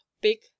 big